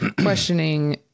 questioning